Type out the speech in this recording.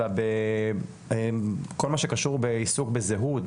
אלא יותר במה הייתה הגות שהביאו אותה אותם אנשים,